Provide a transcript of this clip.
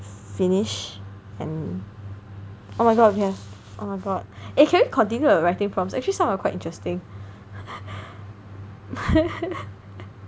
finish and oh my god we have oh my god eh can we continue the writing prompts actually some are quite interesting